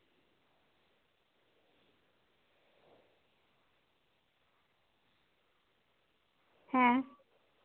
ᱦᱮᱸ